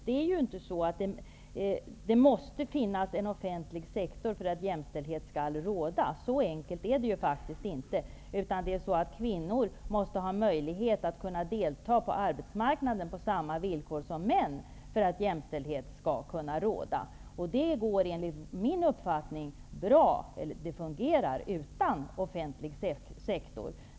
Det måste inte finnas en offentlig sektor för att jämställdhet skall råda. Så enkelt är det faktiskt inte. Kvinnor måste ha möjlighet att delta på arbetsmarknaden på samma villkor som män för att jämställdhet skall råda. Det fungerar, enligt min uppfattning, bra utan en offentlig sektor.